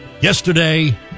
yesterday